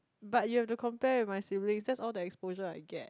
but you have to compare with my sibling just all the exposure I get